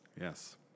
yes